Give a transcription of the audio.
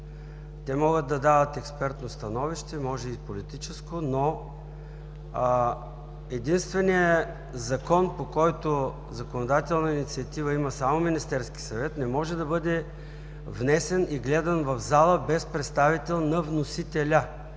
Те могат да дават експертно становище, може и политическо, но единственият Закон, по който законодателна инициатива има само Министерският съвет, не може да бъде внесен и гледан в залата без представител на вносителя.